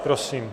Prosím.